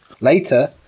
Later